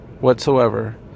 whatsoever